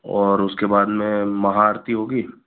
और उसके बाद में महाआरती होगी